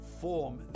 form